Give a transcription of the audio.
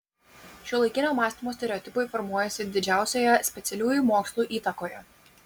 šiuolaikinio mąstymo stereotipai formuojasi didžiausioje specialiųjų mokslų įtakoje